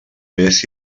vés